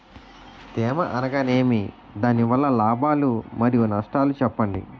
తేమ అనగానేమి? దాని వల్ల లాభాలు మరియు నష్టాలను చెప్పండి?